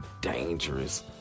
dangerous